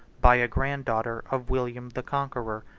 by a granddaughter of william the conqueror,